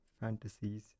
fantasies